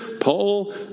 Paul